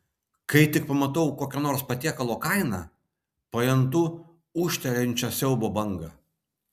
kai tik pamatau kokio nors patiekalo kainą pajuntu ūžtelėjančią siaubo bangą